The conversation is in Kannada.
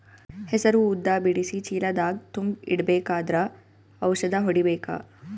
ಹೆಸರು ಉದ್ದ ಬಿಡಿಸಿ ಚೀಲ ದಾಗ್ ತುಂಬಿ ಇಡ್ಬೇಕಾದ್ರ ಔಷದ ಹೊಡಿಬೇಕ?